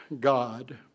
God